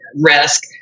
risk